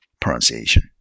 Pronunciation